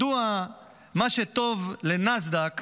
מדוע מה שטוב לנאסד"ק